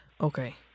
Okay